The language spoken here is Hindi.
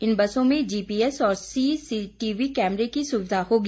इन बसों में जीपीएस और सीसीटीवी कैमरें की सुविधा होगी